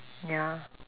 ya